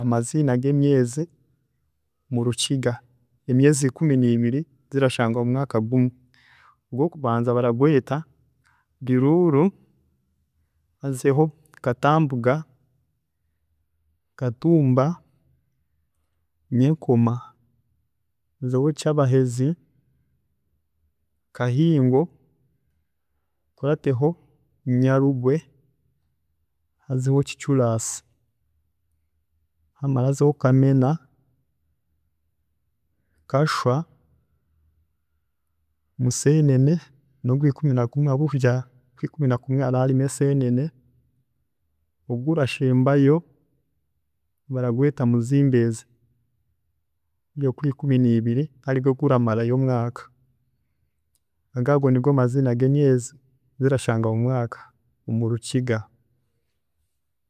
Amaziina g'emweezi murukiga, emyeezi ikumi neibiri zirashangwa mumwaaka gumwe, ogwokubanza baragweeta biruuru hazeho katambuga, katumba, nyenkoma, hazaho kyabahezi, kahingo, hakurateho nyarugwe, hazeho kicuraasi, hazeho kamena, kashwa, museenene, nogwiikumi nagumwe habwokugira ngu okwiikumi nakumwe haraba harimu eseenene, ogurashembayo baragweeta muziimbeezi, guri ogwikumi nebiri harigwe oguramarayo omwaaka, ago nigo maziina gemyeezi ezi orashanga mumwaaka omurukiga.